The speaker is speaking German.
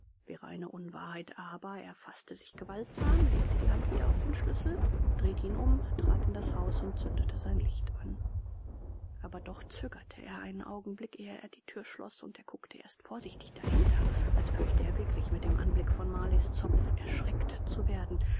wäre eine unwahrheit aber er faßte sich gewaltsam legte die hand wieder auf den schlüssel drehte ihn um trat in das haus und zündete sein licht an aber doch zögerte er einen augenblick ehe er die thür schloß und er guckte erst vorsichtig dahinter als fürchte er wirklich mit dem anblick von marleys zopf erschreckt zu werden